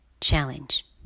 challenge